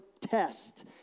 test